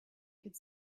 could